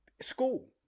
school